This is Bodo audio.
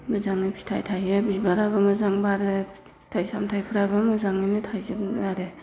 मोजाङै फिथाइ थायो बिबाराबो मोजां बारो फिथाइ सामथाइफ्राबो मोजाङैनो थाइजोबो आरो